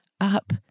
up